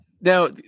now